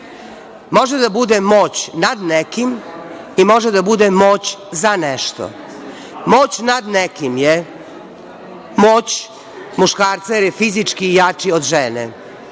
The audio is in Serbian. Može da bude moć nad nekim i može da bude moć za nešto. Moć nad nekim je moć muškarca jer je fizički jači od žene.